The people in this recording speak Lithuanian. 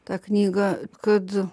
tą knygą kad